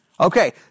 Okay